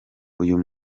uyu